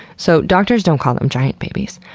so doctors don't call them giant babies,